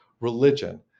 religion